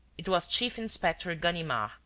it was chief-inspector ganimard,